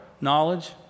knowledge